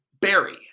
berry